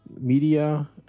media